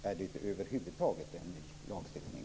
Är det över huvud taget en ny lagstiftning?